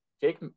Jake